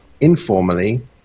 Informally